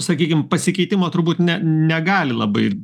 sakykime pasikeitimo turbūt ne negali labai